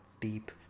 deep